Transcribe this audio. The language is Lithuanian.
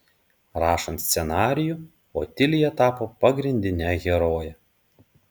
rašant scenarijų otilija tapo pagrindine heroje